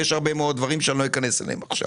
יש הרבה מאוד דברים שאני לא אכנס אליהם עכשיו